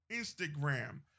instagram